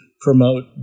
promote